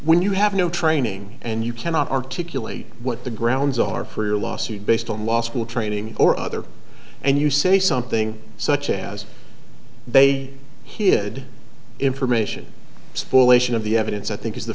when you have no training and you cannot articulate what the grounds are for your lawsuit based on law school training or other and you say something such as they hid information spoliation of the evidence i think is the